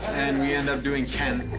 and we end up doing ten.